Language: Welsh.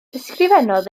ysgrifennodd